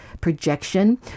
projection